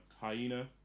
Hyena